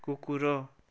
କୁକୁର